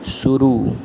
शुरू